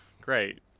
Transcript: great